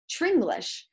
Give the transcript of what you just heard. Tringlish